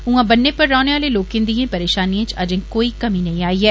उआं बन्ने पर रौह्ने आले लोकें दिए परेशानियें च अजें कोई कमी नेंई आई ऐ